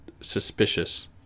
suspicious